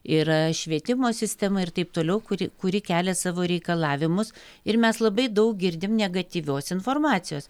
yra švietimo sistema ir taip toliau kuri kuri kelia savo reikalavimus ir mes labai daug girdim negatyvios informacijos